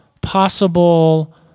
possible